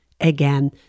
Again